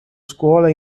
scuola